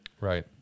Right